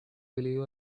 believe